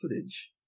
footage